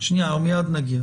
מיד נגיע.